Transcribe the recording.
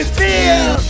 feel